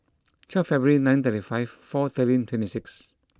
twelve February nineteen thirty five four thirteen twenty six